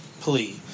plea